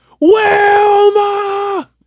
Wilma